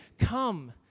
Come